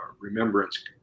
Remembrance